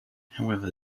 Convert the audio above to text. however